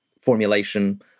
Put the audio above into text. formulation